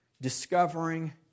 discovering